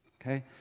Okay